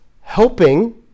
helping